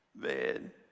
man